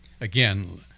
again